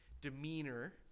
demeanor